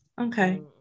Okay